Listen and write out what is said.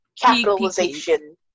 capitalization